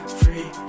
free